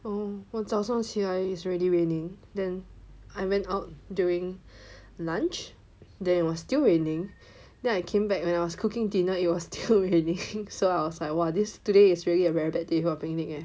oh 我早上起来 is already raining then I went out during lunch then it was still raining then I came back when I was cooking dinner it was still raining so I was like !wah! this today is really a very bad day for picnic eh